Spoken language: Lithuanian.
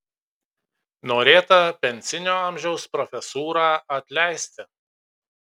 norėta pensinio amžiaus profesūrą atleisti